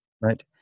Right